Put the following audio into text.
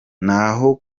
naho